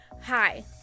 Hi